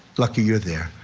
lucky you were there.